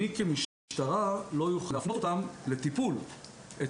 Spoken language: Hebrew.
אני כמשטרה לא אוכל להפנות לטיפול את